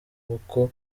maboko